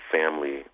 family